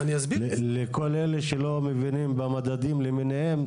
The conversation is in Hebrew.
לכל אלה שלא מבינים במדדים למיניהם,